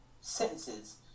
sentences